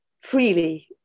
freely